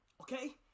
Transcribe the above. Okay